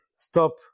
stop